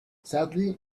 sadly